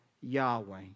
Yahweh